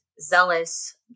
zealous